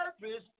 purpose